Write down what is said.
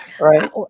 Right